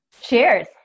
Cheers